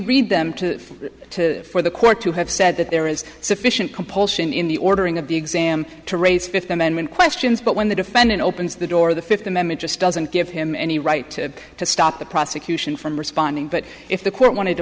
read them to for the court to have said that there is sufficient compulsion in the ordering of the exam to raise fifth amendment questions but when the defendant opens the door the fifth amendment just doesn't give him any right to stop the prosecution from responding but if the court wanted to